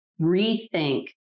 rethink